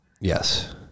Yes